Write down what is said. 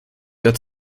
that